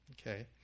okay